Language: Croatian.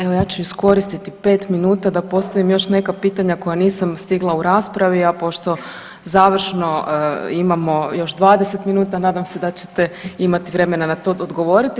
Evo ja ću iskoristiti pet minuta da postavim još neka pitanja koja nisam stigla u raspravi, a pošto završno imamo još 20 minuta nadam se da ćete imati vremena na to odgovoriti.